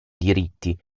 diritti